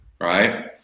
right